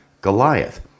Goliath